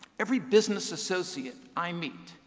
every business associate i meet,